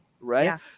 right